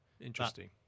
Interesting